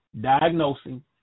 diagnosing